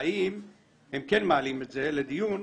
והאם הם כן מעלים את זה לדיון,